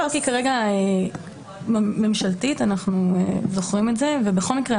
--- אנחנו זוכרים את זה ובכל מקרה,